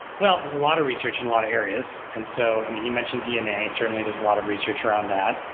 well, there's a lot of research in a lot of areas. and so you mentioned dna. certainly, there's a lot of research around that.